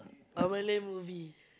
a Malay movie